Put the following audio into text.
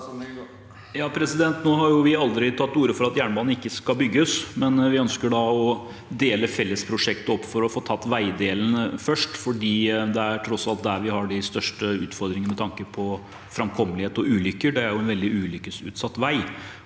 Nå har vi aldri tatt til orde for at jernbanen ikke skal bygges, men vi ønsker å dele fellesprosjektet opp for å få tatt veidelen først fordi det tross alt er der vi har de største utfordringene med tanke på framkommelighet og ulykker. Det er jo en veldig ulykkesutsatt vei.